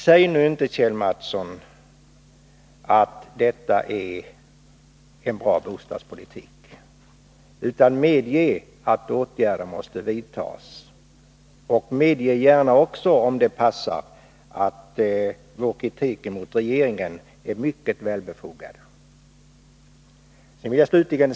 Säg nu inte, Kjell Mattsson, att detta är en bra bostadspolitik, utan medge att åtgärder måste vidtas! Medge gärna också, om det passar, att vår kritik mot regeringen är mycket välbefogad.